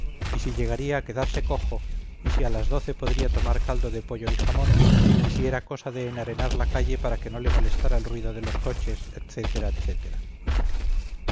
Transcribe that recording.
y si llegaría a quedarse cojo y si a las doce podría tomar caldo de pollo y jamón y si era cosa de enarenar la calle para que no le molestara el ruido de los coches etcétera